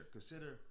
Consider